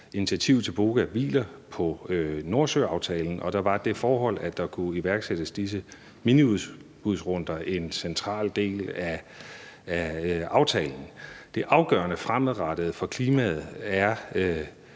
initiativ til BOGA hviler på Nordsøaftalen, og der var det forhold, at der kunne iværksættes disse miniudbudsrunder, en central del af aftalen. Det afgørende fremadrettet for klimaet er,